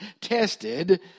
tested